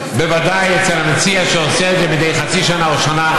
בוודאי אצל המציע שעושה את זה מדי חצי שנה או שנה,